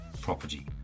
property